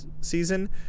season